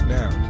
now